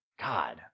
God